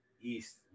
East